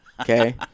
Okay